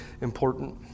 important